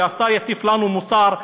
והשר יטיף לנו מוסר.